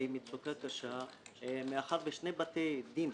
והיא מצוקה קשה מאחר ששני בתי דין,